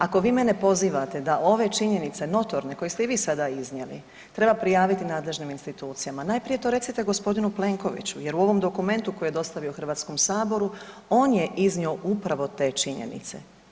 Ako vi mene pozivate da ove činjenice notorne koje ste i vi sada iznijeli, treba prijaviti nadležnim institucijama, najprije to recite gospodinu Plenkoviću jer u ovom dokumentu koji je dostavio HS on je iznio upravo te činjenice.